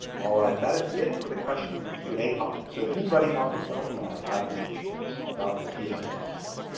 all right. that is it for the questions in the q and a pod. so anybody on the phone line have any questions about the pss?